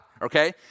Okay